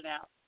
out